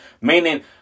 meaning